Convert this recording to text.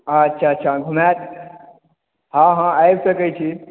अच्छा अच्छा घुमायत हँ हँ आबि सकै छी